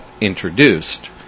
introduced